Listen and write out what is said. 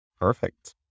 Perfect